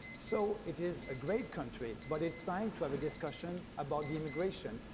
so it is a great country, but it's time to have a discussion about the immigration.